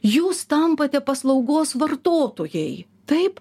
jūs tampate paslaugos vartotojai taip